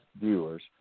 viewers